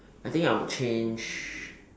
I think I would change